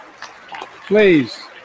Please